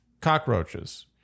cockroaches